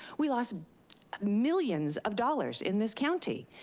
we lost millions of dollars in this county.